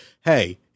hey